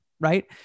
right